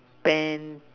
spend